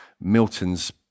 Milton's